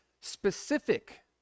specific